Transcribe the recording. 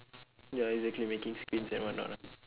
ya exactly making screens and whatnot ah